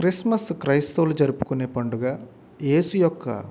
Christmas క్రైస్తవులు జరుపుకునే పండుగ యేసు యొక్క